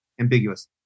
ambiguous